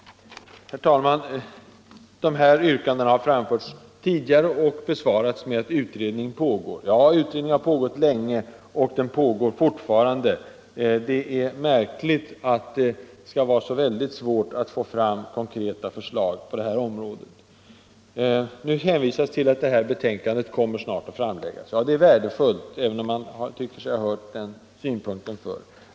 Herr talman! Dessa yrkanden har framförts tidigare och besvarats med att utredningen pågår. Ja, en utredning har pågått länge och den pågår fortfarande. Det är märkligt att det skall vara så väldigt svårt att få fram konkreta förslag på detta område. Nu hänvisas till att betänkandet snart kommer att framläggas. Ja, det är värdefullt även om man tycker sig ha hört den synpunkten förr.